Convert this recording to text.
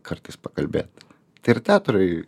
kartais pakalbėt tai ir teatrui